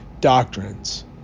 doctrines